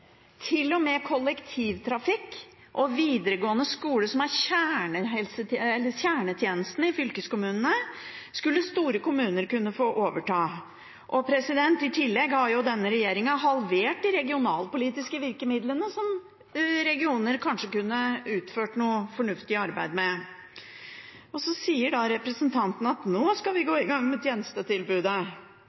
t.o.m. kollektivtrafikk og videregående skole, som er kjernetjenesten i fylkeskommunene, skulle store kommuner kunne få overta. Og i tillegg har denne regjeringen halvert de regionalpolitiske virkemidlene som regioner kanskje kunne utført noe fornuftig arbeid med. Så sier representanten at nå skal vi gå i gang med tjenestetilbudet.